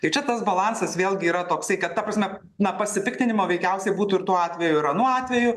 tai čia tas balansas vėlgi yra toksai kad ta prasme na pasipiktinimo veikiausiai būtų ir tuo atveju ir anuo atveju